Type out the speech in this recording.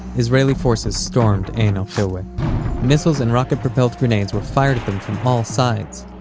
israeli forces stormed ein el-hilweh missiles and rocket propelled grenades were fired at them from all sides.